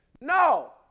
no